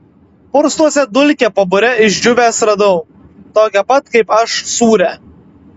pursluose dulkę po bure išdžiūvęs radau tokią pat kaip aš sūrią